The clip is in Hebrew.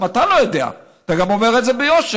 גם אתה לא יודע, ואתה גם אומר את זה ביושר.